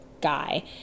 guy